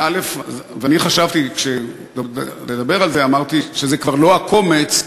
וכשאני חשבתי לדבר על זה אמרתי שזה כבר לא הקומץ,